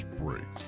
break